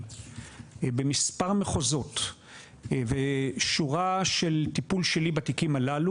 במספר מחוזות ובשורה של תיקים בטיפול שלי,